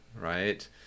Right